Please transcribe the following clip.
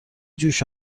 جوش